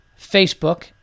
Facebook